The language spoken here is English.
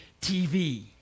TV